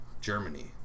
Germany